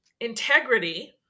integrity